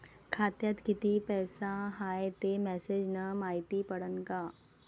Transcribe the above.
खात्यात किती पैसा हाय ते मेसेज न मायती पडन का?